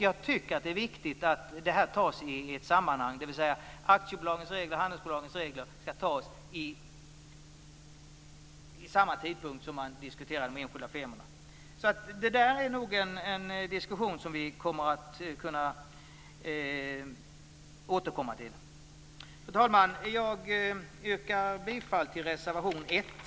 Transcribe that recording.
Jag tycker att det är viktigt att ta upp aktiebolagens och handelsbolagens regler vid den tidpunkt då de enskilda firmorna diskuteras. Den diskussionen får vi nog återkomma till. Fru talman! Jag yrkar bifall till reservation 1.